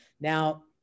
now